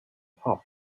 pop